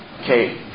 okay